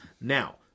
Now